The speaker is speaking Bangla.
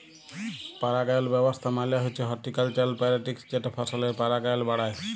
পারাগায়ল ব্যাবস্থা মালে হছে হরটিকালচারাল প্যারেকটিস যেট ফসলের পারাগায়ল বাড়ায়